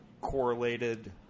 correlated